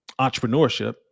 entrepreneurship